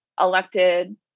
elected